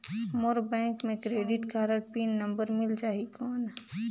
मोर bank मे credit card pin number मिल जाहि कौन?